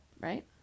right